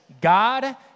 God